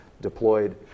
deployed